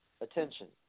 attention